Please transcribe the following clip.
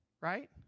right